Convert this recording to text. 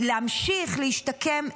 להמשיך, להשתקם.